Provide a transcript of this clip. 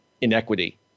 inequity